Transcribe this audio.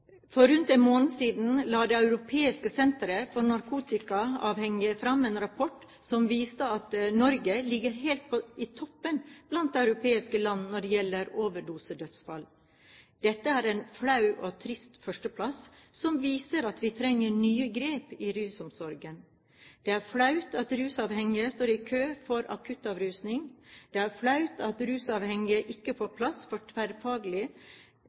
For rundt en måned siden la det europeiske senteret for narkotikaavhengighet fram en rapport som viste at Norge ligger helt i toppen blant europeiske land når det gjelder overdosedødsfall. Dette er en flau og trist førsteplass, som viser at vi trenger nye grep i rusomsorgen. Det er flaut at rusavhengige står i kø for akuttavrusning. Det er flaut at rusavhengige ikke får plass innen tverrfaglig